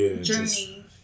journey